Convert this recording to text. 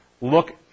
look